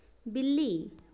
बिल्ली